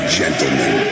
gentlemen